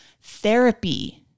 therapy